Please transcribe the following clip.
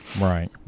right